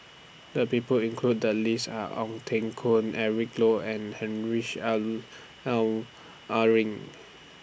The People included The list Are Ong Teng Koon Eric Low and Heinrich Luering